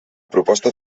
proposta